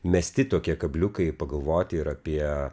mesti tokie kabliukai pagalvoti ir apie